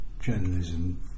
journalism